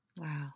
Wow